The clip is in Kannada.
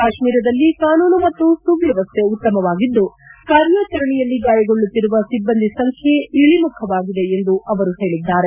ಕಾಶ್ವೀರದಲ್ಲಿ ಕಾನೂನು ಮತ್ತು ಸುವ್ಬವಸ್ಥೆ ಉತ್ತಮವಾಗಿದ್ದು ಕಾರ್ಯಾಚರಣೆಯಲ್ಲಿ ಗಾಯಗೊಳ್ಳುತ್ತಿರುವ ಸಿಬ್ಬಂದಿ ಸಂಬ್ಯೆ ಇಳಿಮುಖವಾಗಿದೆ ಎಂದು ಅವರು ಹೇಳಿದ್ದಾರೆ